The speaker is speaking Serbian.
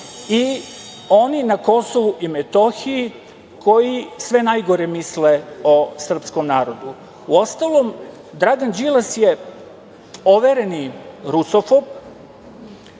i oni na KiM koji sve najgore misle o srpskom narodu. Uostalom, Dragan Đilas je overeni rusofob